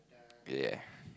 ya